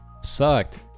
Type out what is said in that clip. Sucked